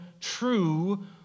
true